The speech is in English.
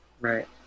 Right